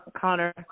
Connor